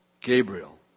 Gabriel